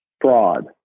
fraud